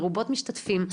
מרובות משתתפים,